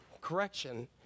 Correction